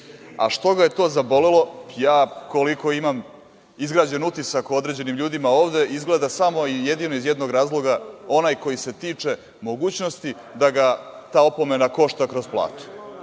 A što ga je to zabolelo? Koliko ja imam izgrađen utisak o određenim ljudima ovde, izgleda iz samo jednog jedinog razloga, onaj koji se tiče mogućnosti da ga ta opomena košta kroz platu.